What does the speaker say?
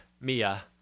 Mia